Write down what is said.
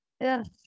Yes